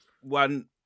one